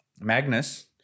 Magnus